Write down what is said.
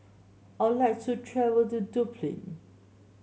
I would like to travel to Dublin